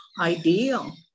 ideal